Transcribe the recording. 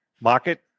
market